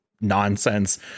nonsense